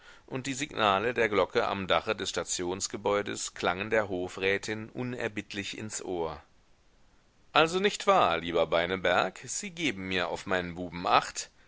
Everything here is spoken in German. und die signale der glocke am dache des stationsgebäudes klangen der hofrätin unerbittlich ins ohr also nicht wahr lieber beineberg sie geben mir auf meinen buben acht